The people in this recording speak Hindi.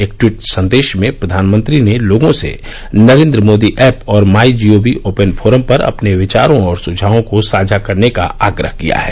एक ट्वीट संदेश में प्रधानमंत्री ने लोगों से नरेन्द्र मोदी ऐप और my G O V open forum पर अपने विचारों और सुझावों को साझा करने का आग्रह किया है